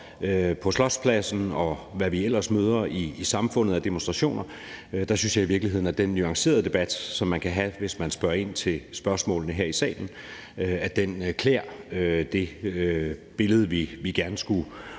på Slotspladsen, og hvad vi ellers møder i samfundet af demonstrationer. Der synes jeg i virkeligheden, at den nuancerede debat, som man kan have, hvis man spørger ind til spørgsmålene her i salen, klæder det billede, vi også gerne skulle have